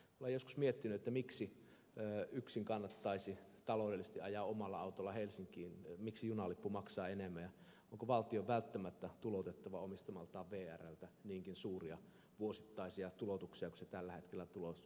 olen joskus miettinyt miksi yksin kannattaisi taloudellisesti ajaa omalla autolla helsinkiin miksi junalippu maksaa enemmän ja onko valtion välttämättä tuloutettava omistamaltaan vrltä niinkin suuria vuosittaisia tuloutuksia kuin se tällä hetkellä tulouttaa